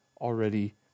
already